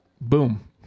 Boom